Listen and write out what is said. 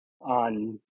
on